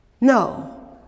No